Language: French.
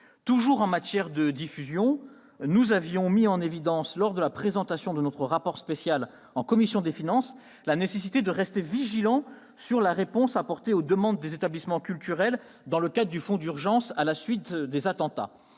Toujours en matière de diffusion, nous avons mis en évidence, lors de la présentation de notre rapport spécial à la commission des finances, la nécessité de rester vigilant quant à la réponse apportée aux demandes des établissements culturels dans le cadre du Fonds d'urgence pour le spectacle